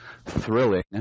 thrilling